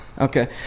okay